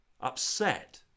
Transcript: upset